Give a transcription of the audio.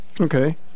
okay